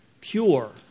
pure